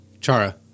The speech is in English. Chara